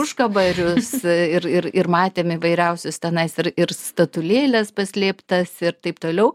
užkabarius ir ir ir matėm įvairiausius tenais ir ir statulėles paslėptas ir taip toliau